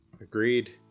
Agreed